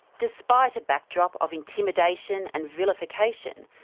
despite a backdrop of intimidation and vilification,